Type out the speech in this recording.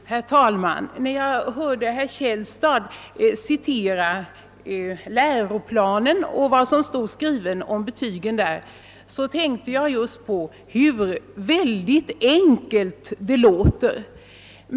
Herr talman! När jag hörde herr Källstad citera läroplanens föreskrifter om betygsättningen, tänkte jag på hur väldigt enkelt det låter.